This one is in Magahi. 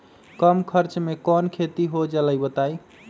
कम खर्च म कौन खेती हो जलई बताई?